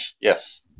Yes